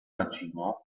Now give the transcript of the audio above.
bacino